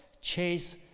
chase